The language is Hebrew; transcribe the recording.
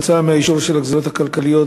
כתוצאה מהאישור של הגזירות הכלכליות,